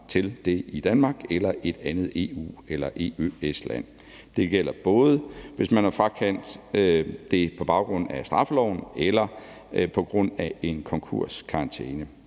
til det i Danmark eller et andet EU- eller EØS-land. Det gælder både, hvis man er frakendt retten på baggrund af straffeloven eller på grund af en konkurskarantæne.